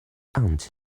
aunt